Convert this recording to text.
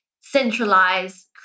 centralized